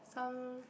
some